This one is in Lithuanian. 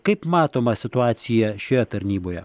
kaip matoma situacija šioje tarnyboje